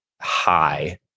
high